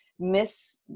miss